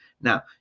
Now